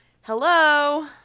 Hello